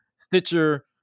Stitcher